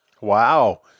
Wow